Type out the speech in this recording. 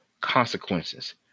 consequences